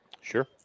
sure